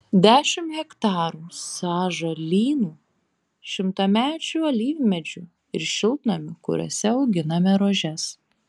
dešimt hektarų sąžalynų šimtamečių alyvmedžių ir šiltnamių kuriuose auginame rožes